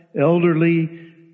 elderly